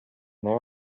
there